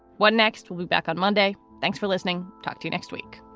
what next? we'll be back on monday. thanks for listening. talk to you next week